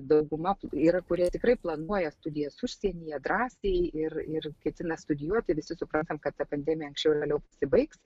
dauguma yra kurie tikrai planuoja studijas užsienyje drąsiai ir ir ketina studijuoti visi suprantam kad ta pandemija anksčiau ar vėliau pasibaigs